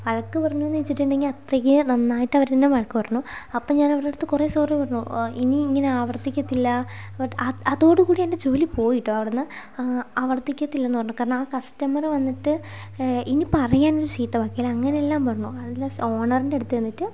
വഴക്കു പറഞ്ഞു എന്ന് വച്ചിട്ടുണ്ടെങ്കിൽ അത്രയ്ക്ക് നന്നായിട്ട് അവർ എന്നെ വഴക്ക് പറഞ്ഞു അപ്പം ഞാൻ അവരുടെ അടുത്ത് കുറെ സോറി പറഞ്ഞു ഇനിയിങ്ങനെ ആവർത്തിക്കത്തില്ല അതോടുകൂടി എൻ്റെ ജോലി പോയി കേട്ടോ അവിടെ നിന്ന് ആ ആവർത്തിക്കത്തില്ല എന്ന് പറഞ്ഞു കാരണം ആ കസ്റ്റമർ വന്നിട്ട് ഇനി പറയാനൊരു ചീത്ത വാക്കില്ല അങ്ങനെയെല്ലാം പറഞ്ഞു അത് ലാസ്റ്റ് ഓണറിൻ്റെ അടുത്ത് ചെന്നിട്ട്